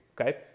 okay